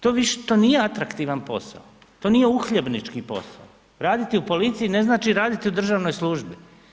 To nije atraktivan posao, to nije uhljebnički posao, raditi u policiji ne znači raditi u državnoj službi.